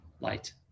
light